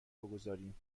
بگذاریم